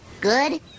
Good